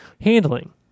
handling